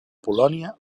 polònia